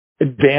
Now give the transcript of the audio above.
advance